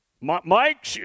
Mike